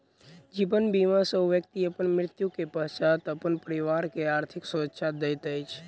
जीवन बीमा सॅ व्यक्ति अपन मृत्यु के पश्चात अपन परिवार के आर्थिक सुरक्षा दैत अछि